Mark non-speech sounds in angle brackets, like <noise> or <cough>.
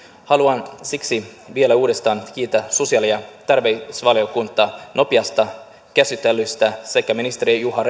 haluan siksi vielä uudestaan kiittää sosiaali ja terveysvaliokuntaa nopeasta käsittelystä sekä ministeri juha <unintelligible>